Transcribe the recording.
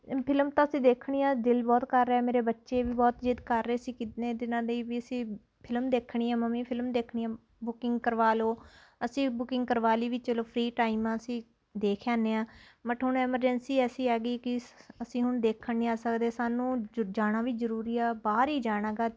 film ਤਾਂ ਅਸੀਂ ਦੇਖਣੀ ਆ ਦਿਲ ਬਹੁਤ ਕਰ ਰਿਹਾ ਮੇਰੇ ਬੱਚੇ ਵੀ ਬਹੁਤ ਜਿੱਦ ਕਰ ਰਹੇ ਸੀ ਕਿੰਨੇ ਦਿਨਾਂ ਲਈ ਵੀ ਅਸੀਂ ਫਿਲਮ ਦੇਖਣੀ ਆ ਮੰਮੀ ਫਿਲਮ ਦੇਖਣੀ ਆ ਬੁਕਿੰਗ ਕਰਵਾ ਲਓ ਅਸੀਂ ਬੁਕਿੰਗ ਕਰਵਾ ਲਈ ਵੀ ਚਲੋ ਫ੍ਰੀ ਟਾਈਮ ਅਸੀਂ ਦੇਖ ਆਨੇ ਹਾਂ ਬਟ ਹੁਣ ਐਮਰਜੈਂਸੀ ਐਸੀ ਆ ਗਈ ਕਿ ਸ ਅਸੀਂ ਹੁਣ ਦੇਖਣ ਨਹੀਂ ਆ ਸਕਦੇ ਸਾਨੂੰ ਜ ਜਾਣਾ ਵੀ ਜ਼ਰੂਰੀ ਆ ਬਾਹਰ ਹੀ ਜਾਣਾਗਾ